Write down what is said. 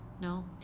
no